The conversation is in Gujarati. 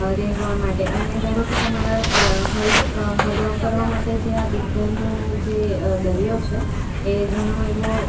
રહેવા માટે અને ધારો કે તમારા હરવા ફરવા માટે જે આ તિથલનું જે દરિયો છે એ ઘણો એવો